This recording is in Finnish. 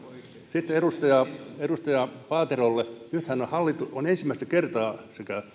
sitten edustaja paaterolle nythän on ensimmäistä kertaa